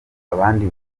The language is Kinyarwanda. abandi